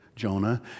Jonah